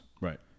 Right